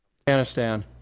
Afghanistan